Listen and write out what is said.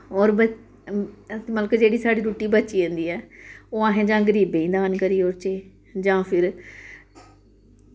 होर मतलव कि जेह्ड़ा साढ़ी रुट्टी बची जंदी ऐ ओह् अस जां गरीबें गी दान करी ओड़चे जां फिर